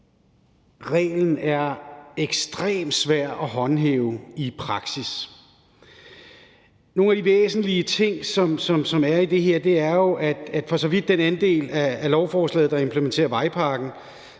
reglen er ekstremt svær at håndhæve i praksis. Nogle af de væsentlige ting, som er i det her, er jo, at man, hvad angår den andel af lovforslaget, der implementerer vejpakken,